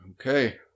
Okay